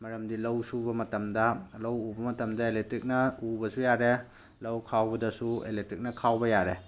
ꯃꯔꯝꯗꯤ ꯂꯧ ꯁꯨꯕ ꯃꯇꯝꯗ ꯂꯩ ꯎꯕ ꯃꯇꯝꯗ ꯏꯂꯦꯛꯇ꯭ꯔꯤꯛꯅ ꯎꯕꯁꯨ ꯌꯥꯔꯦ ꯂꯧ ꯈꯥꯎꯕꯗꯁꯨ ꯏꯂꯦꯛꯇ꯭ꯔꯤꯛꯅ ꯈꯥꯎꯕ ꯌꯥꯔꯦ